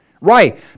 Right